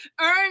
earn